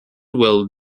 while